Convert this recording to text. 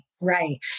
right